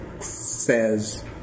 says